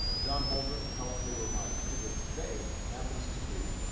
ah john holdren helpfully reminded me that today happens to be